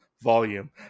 volume